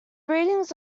readings